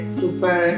super